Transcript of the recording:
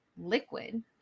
liquid